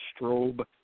Strobe